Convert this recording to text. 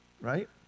right